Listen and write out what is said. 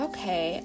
Okay